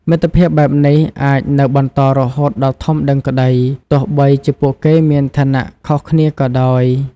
មិត្តភាពបែបនេះអាចនៅបន្តរហូតដល់ធំដឹងក្តី ទោះបីជាពួកគេមានឋានៈខុសគ្នាក៏ដោយ។